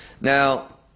now